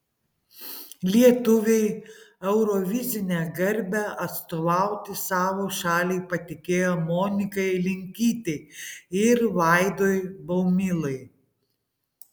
lietuviai eurovizinę garbę atstovauti savo šaliai patikėjo monikai linkytei ir vaidui baumilai